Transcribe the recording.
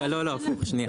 לא לא הפוך שנייה.